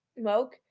smoke